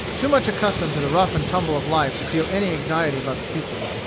too much accustomed to the rough and tumble of life to feel any anxiety about the future.